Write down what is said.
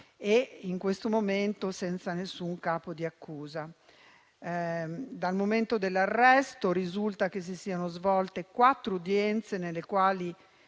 in questo momento senza nessun capo di accusa. Dal momento dell’arresto risulta che si siano svolte quattro udienze, nelle quali